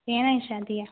भेण जी शादी आहे